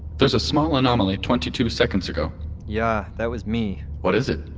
there's a small anomaly twenty-two seconds ago yeah, that was me what is it?